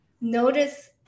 notice